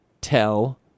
Tell